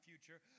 future